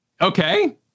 Okay